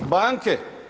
Banke.